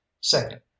Second